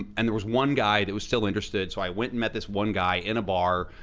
and there was one guy that was still interested, so i went and met this one guy, in a bar,